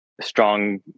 strong